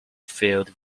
field